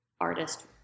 artist